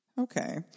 Okay